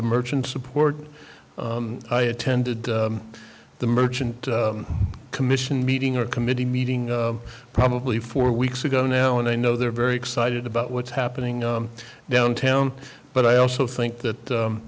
the merchant support i attended the merchant commission meeting or committee meeting probably four weeks ago now and i know they're very excited about what's happening downtown but i also think that